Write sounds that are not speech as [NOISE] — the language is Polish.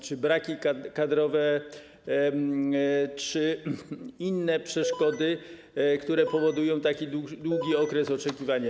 Czy braki kadrowe, czy inne przeszkody, [NOISE] które powodują taki długi okres oczekiwania?